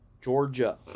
Georgia